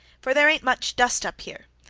for there ain't much dust up here.